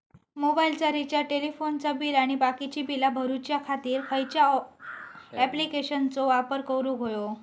मोबाईलाचा रिचार्ज टेलिफोनाचा बिल आणि बाकीची बिला भरूच्या खातीर खयच्या ॲप्लिकेशनाचो वापर करूक होयो?